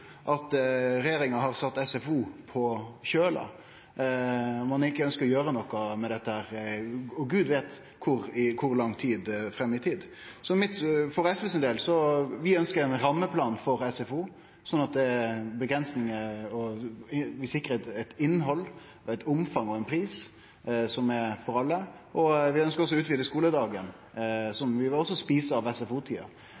at regjeringa har sett SFO «på kjøla», at ein ikkje ønskjer å gjere noko med dette – Gud veit kor langt fram i tid. For SVs del ønskjer vi ein rammeplan for SFO, slik at det er avgrensingar. Vi vil sikre eit innhald, eit omfang og ein pris som er for alle. Vi ønskjer også å utvide